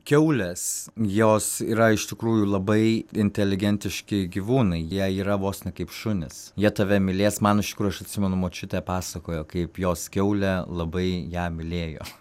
kiaulės jos yra iš tikrųjų labai inteligentiški gyvūnai jie yra vos ne kaip šunys jie tave mylės man iš tikrųjų aš atsimenu močiutė pasakojo kaip jos kiaulė labai ją mylėjo